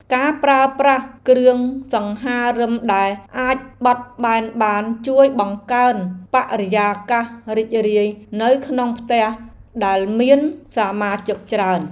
ការប្រើប្រាស់គ្រឿងសង្ហារិមដែលអាចបត់បែនបានជួយបង្កើនបរិយាកាសរីករាយនៅក្នុងផ្ទះដែលមានសមាជិកច្រើន។